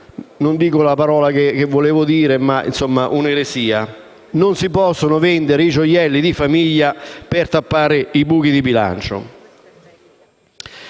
Non si possono vendere i gioielli di famiglia per tappare i buchi di bilancio.